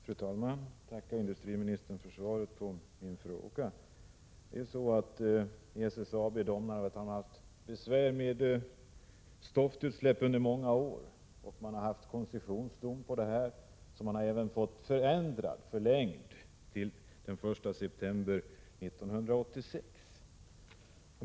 Fru talman! Jag tackar industriministern för svaret på min fråga. SSAB i Domnarvet har haft besvär med stoftutsläpp under många år. Det har funnits en koncessionsdom, som man har fått förlängd till den 1 september 1986.